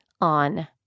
on